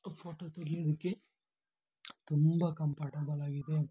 photo ತೆಗಿಯೋದಕ್ಕೆ ತುಂಬ ಕಂಫರ್ಟೆಬಲಾಗಿದೆ